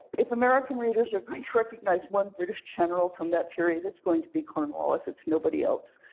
if american readers are going to recognize one british general from that period, it's going to be cornwallis, it's nobody else.